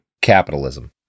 Capitalism